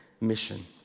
mission